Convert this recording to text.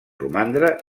romandre